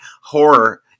horror